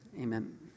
amen